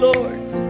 Lord